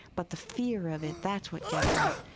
but the fear of it, that's what gets us.